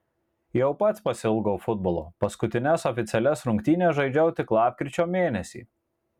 jau pats pasiilgau futbolo paskutines oficialias rungtynes žaidžiau tik lapkričio mėnesį